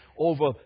over